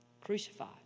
crucified